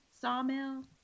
sawmill